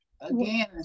again